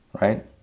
right